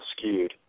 skewed